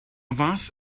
fath